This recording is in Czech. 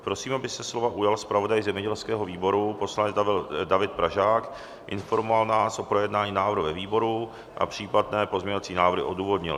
Prosím, aby se slova ujal zpravodaj zemědělského výboru, poslanec David Pražák, informoval nás o projednání návrhu ve výboru a případné pozměňovací návrhy odůvodnil.